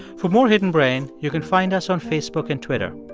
for more hidden brain, you can find us on facebook and twitter.